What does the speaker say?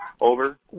over